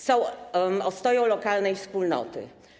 Są ostoją lokalnej wspólnoty.